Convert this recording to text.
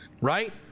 right